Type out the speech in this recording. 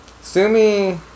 Sumi